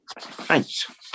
Thanks